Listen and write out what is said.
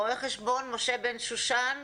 רואה חשבון משה בן שושן,